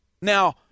now –